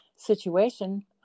situation